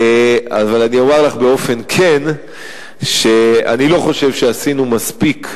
אבל אני אומר לך באופן כן שאני לא חושב שעשינו מספיק,